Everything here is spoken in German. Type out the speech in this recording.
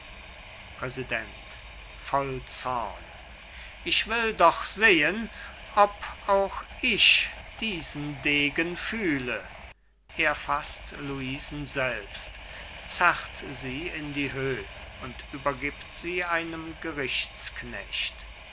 präsident voll zorn ich will doch sehen ob auch ich diesen degen fühle er faßt luisen selbst zerrt sie in die höhe und übergibt sie einem